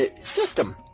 system